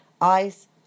eyes